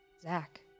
Zach